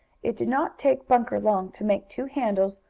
it did not take bunker long to make two handles,